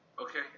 Okay